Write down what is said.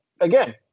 again